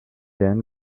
then